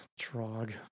Trog